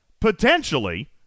potentially